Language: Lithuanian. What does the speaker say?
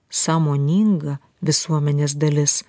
sąmoninga visuomenės dalis